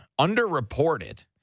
underreported